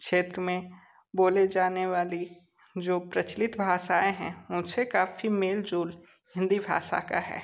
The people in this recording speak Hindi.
क्षेत्र में बोले जाने वाली जो प्रचलित भाषाएँ हैं उनसे काफ़ी मेलजोल हिंदी भाषा का है